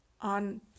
on